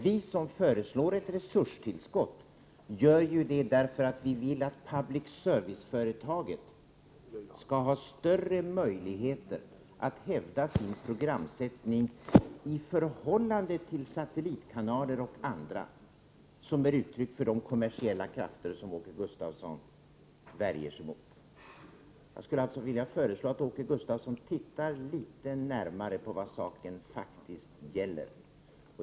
Vi som föreslår ett resurstillskott gör detta därför att vi vill att public service-företaget skall ha större möjligheter att hävda sin programsättning i förhållande till satellitkanaler och andra som är uttryck för de kommersiella krafter som Åke Gustavsson värjer sig emot. Jag skulle alltså vilja föreslå att Åke Gustavsson litet närmare studerar vad frågan gäller.